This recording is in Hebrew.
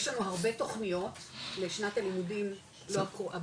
יש לנו הרבה תוכניות לשנת הלימודים הבאה,